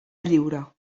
lliure